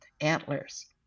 antlers